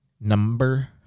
Number